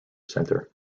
center